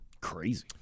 Crazy